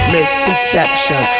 Misconception